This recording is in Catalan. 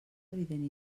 evident